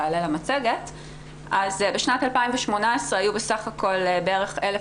אז בשנת 2018 היו בסך הכול בערך 1,000